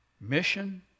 Mission